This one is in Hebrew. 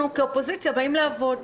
אנחנו כאופוזיציה באים לעבוד.